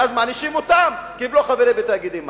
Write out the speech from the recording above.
ואז מענישים אותם כי הם לא חברים בתאגידי מים.